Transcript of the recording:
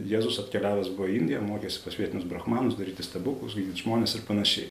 jėzus atkeliavęs buvo į indiją mokėsi pas vietinius brahmanus daryti stebuklus gydyt žmones ir panašiai